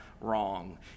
wrong